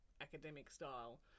academic-style